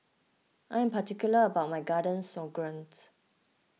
I am particular about my Garden Stroganoffs